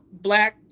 Black